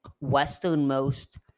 westernmost